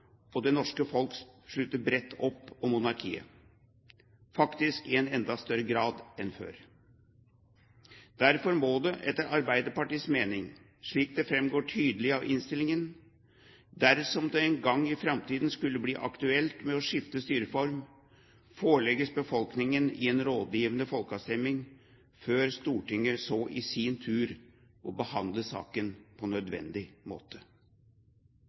og det norske folk slutter bredt opp om monarkiet – faktisk i enda større grad enn før. Etter Arbeiderpartiets mening, slik det framgår tydelig av innstillingen, dersom det en gang i framtiden skulle bli aktuelt å skifte styreform, må det forelegges befolkningen i en rådgivende folkeavstemning før Stortinget så i sin tur behandler saken på nødvendig måte.